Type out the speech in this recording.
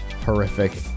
horrific